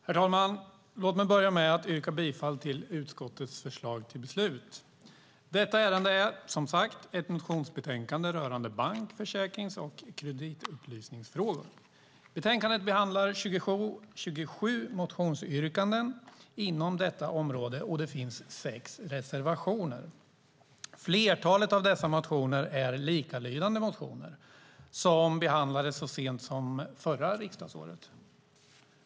Herr talman! Jag börjar med att yrka bifall till utskottets förslag till beslut. Detta ärende är, som sagt, ett motionsbetänkande rörande bank-, försäkrings och kreditupplysningsfrågor. I betänkandet behandlas 27 motionsyrkanden inom detta område och det finns sex reservationer. Flertalet av dessa motioner är likalydande motioner som behandlades så sent som förra riksdagsåret.